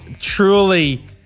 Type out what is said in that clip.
Truly